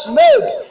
made